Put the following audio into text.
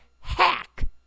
hack